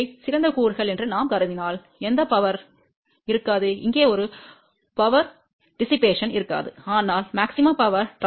இவை சிறந்த கூறுகள் என்று நாம் கருதினால் எந்த சக்தியும் இருக்காது இங்கே ஒரு சக்தி சிதறல் இருக்காது ஆனால் அதிகபட்ச மின் பரிமாற்றம் max